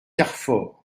carfor